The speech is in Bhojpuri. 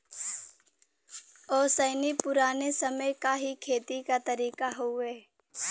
ओसैनी पुराने समय क ही खेती क तरीका हउवे